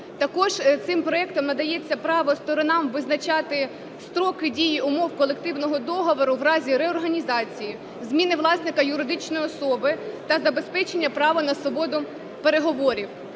Також цим проектом надається право сторонам визначати строки дії умов колективного договору в разі реорганізації, зміни власника юридичної особи та забезпечення права на свободу переговорів.